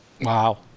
Wow